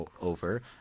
over